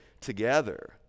together